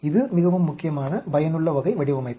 இது மிகவும் முக்கியமான பயனுள்ள வகை வடிவமைப்பு